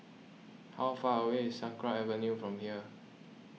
how far away is Sakra Avenue from here